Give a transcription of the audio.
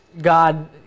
God